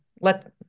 let